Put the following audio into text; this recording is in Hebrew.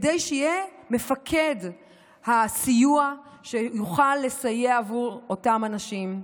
כדי שיהיה מפקד הסיוע שיוכל לסייע לאותם אנשים.